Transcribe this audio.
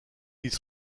ils